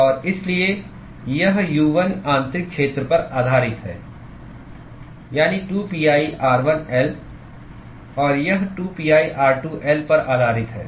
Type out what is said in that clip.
और इसलिए यह U1 आंतरिक क्षेत्र पर आधारित है यानी 2pi r1 L और यह 2pi r2 L पर आधारित है